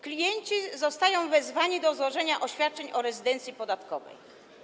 Klienci zostają wezwani do złożenia oświadczeń o rezydencji podatkowej.